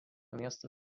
miesto